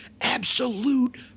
absolute